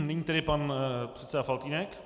Nyní tedy pan předseda Faltýnek.